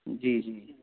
जी जी जी